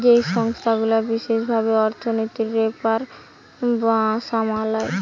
যেই সংস্থা গুলা বিশেষ ভাবে অর্থনীতির ব্যাপার সামলায়